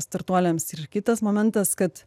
startuoliams ir kitas momentas kad